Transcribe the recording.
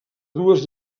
dues